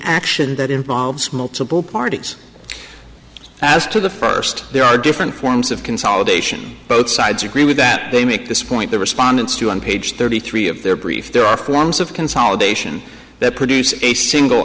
action that involves multiple parties as to the first there are different forms of consolidation both sides agree with that they make this point the respondents two on page thirty three of their brief there are forms of consolidation that produce a single